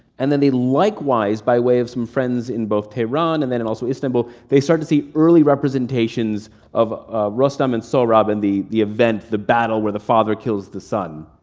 and then they likewise by way of some friends in both tehran and then in also istanbul, they start to see early representations of rostam and sohrab in the the event, the battle, where the father kills the son.